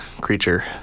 creature